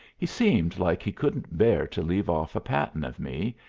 he seemed like he couldn't bear to leave off a-patting of me,